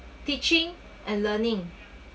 teaching and learning